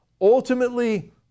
ultimately